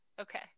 Okay